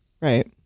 right